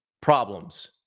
problems